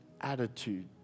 attitude